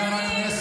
אל תחנכי